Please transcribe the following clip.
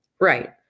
Right